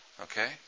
Okay